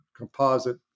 Composite